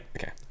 Okay